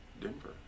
Denver